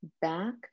back